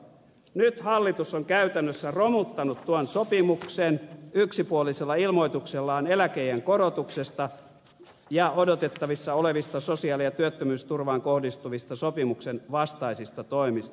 nyt hallitus on käytännössä romuttanut tuon sopimuksen yksipuolisella ilmoituksellaan eläkeiän korotuksesta ja odotettavissa olevista sosiaali ja työttömyysturvaan kohdistuvista sopimuksen vastaisista toimista